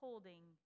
Holding